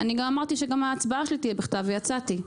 אמרתי שגם ההצבעה שלי תהיה בכתב, ויצאתי.